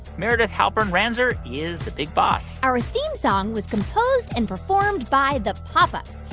meredith halpern-ranzer is the big boss our theme song was composed and performed by the pop ups.